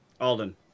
Alden